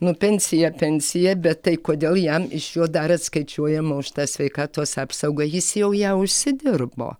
nu pensija pensija bet tai kodėl jam iš jo dar atskaičiuojama už tą sveikatos apsaugą jis jau ją užsidirbo